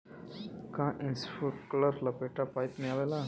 का इस्प्रिंकलर लपेटा पाइप में भी आवेला?